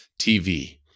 TV